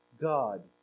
God